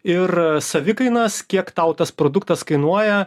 ir savikainas kiek tau tas produktas kainuoja